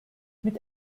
mit